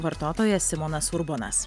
vartotojas simonas urbonas